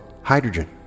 hydrogen